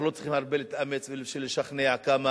אנחנו לא צריכים הרבה להתאמץ בשביל לשכנע כמה